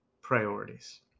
priorities